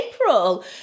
April